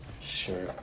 Sure